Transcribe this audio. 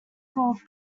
called